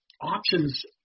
options